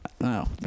no